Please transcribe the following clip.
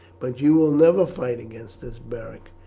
but you will never fight against us, beric,